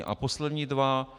A poslední dva.